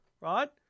right